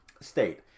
state